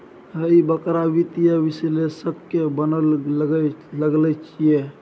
ईह बड़का वित्तीय विश्लेषक बनय लए चललै ये